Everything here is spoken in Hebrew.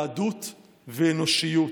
יהדות ואנושיות.